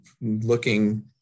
looking